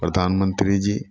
प्रधानमंत्री जी